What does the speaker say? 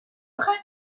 aurais